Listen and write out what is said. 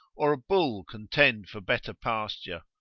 or a bull contend for better pasture?